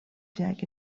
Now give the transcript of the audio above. jack